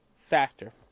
factor